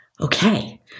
okay